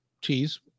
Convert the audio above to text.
cheese